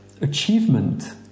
achievement